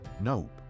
nope